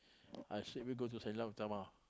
I straight away go to Sang-Nila-Utama